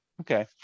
okay